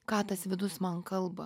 ką tas vidus man kalba